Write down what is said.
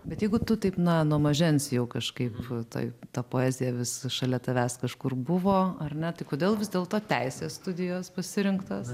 bet jeigu tu taip na nuo mažens jau kažkaip toj ta poezija vis šalia tavęs kažkur buvo ar ne tai kodėl vis dėlto teisės studijos pasirinktos